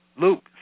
Luke